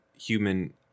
human